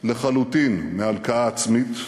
לחלוטין מהלקאה עצמית.